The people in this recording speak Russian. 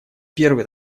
первый